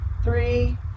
Three